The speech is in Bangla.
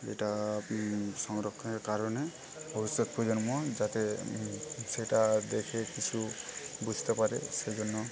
যেটা সংরক্ষণের কারণে ভবিষ্যৎ প্রজন্ম যাতে সেটা দেখে কিছু বুঝতে পারে সেজন্য